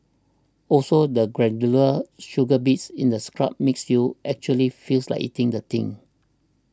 also the granular sugar bits in the scrub makes you actually feels like eating the thing